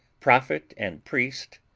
prophet and priest,